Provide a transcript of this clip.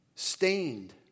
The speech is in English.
Stained